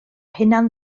hunan